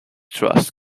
trust